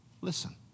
Listen